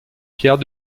pierre